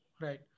Right